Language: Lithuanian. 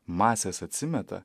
masės atsimeta